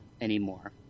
anymore